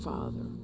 Father